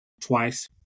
twice